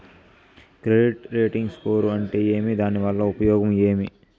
Credit rating score అంటే ఏమి దాని వల్ల ఉపయోగం ఏమి?